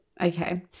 Okay